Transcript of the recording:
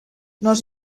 not